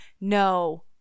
no